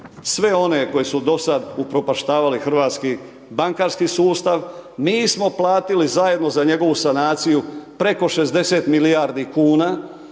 sve one koji su do sada upropaštavali hrvatski bankarski sustav, mi smo platili zajedno za njegovu sanaciju preko 60 milijardi kuna.